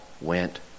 went